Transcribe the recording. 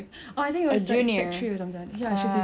she just came then she looked me she was like